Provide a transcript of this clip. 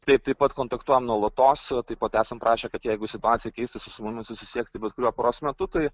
taip taip pat kontaktuojam nuolatos taip pat esam prašė kad jeigu situacija keistųsi su mumis susisiekti bet kuriuo paros metu tai